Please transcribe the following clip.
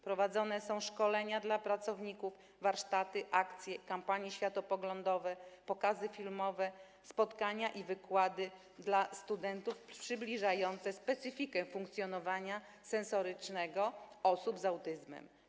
Prowadzone są szkolenia dla pracowników, warsztaty, akcje, kampanie światopoglądowe, pokazy filmowe, spotkania i wykłady dla studentów przybliżające specyfikę funkcjonowania sensorycznego osób z autyzmem.